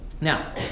now